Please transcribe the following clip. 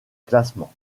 classement